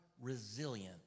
resilient